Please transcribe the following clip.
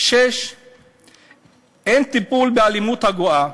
6. אין טיפול באלימות הגואה.